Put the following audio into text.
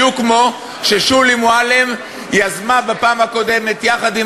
בדיוק כמו ששולי מועלם יזמה בפעם הקודמת יחד עם